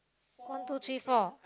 one two three four